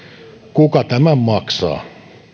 kuka tämän maksaa